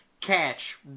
Catch